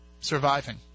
surviving